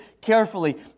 carefully